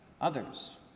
others